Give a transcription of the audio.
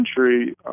century